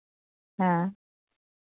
ᱦᱮᱸ